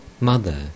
Mother